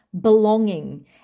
belonging